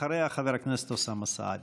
אחריה, חבר הכנסת אוסאמה סעדי.